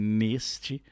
neste